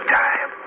time